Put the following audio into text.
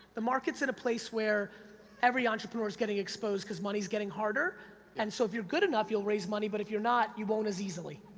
the market's at and a place where every entrepreneur's getting exposed cause money's getting harder and so if you're good enough, you'll raise money, but if you're not, you won't as easily.